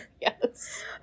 Yes